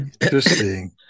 interesting